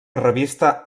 revista